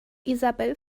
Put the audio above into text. isabel